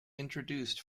introduced